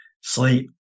sleep